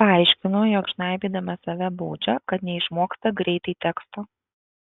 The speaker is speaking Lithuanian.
paaiškino jog žnaibydama save baudžia kad neišmoksta greitai teksto